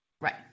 Right